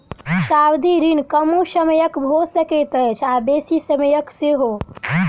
सावधि ऋण कमो समयक भ सकैत अछि आ बेसी समयक सेहो